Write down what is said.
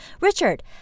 Richard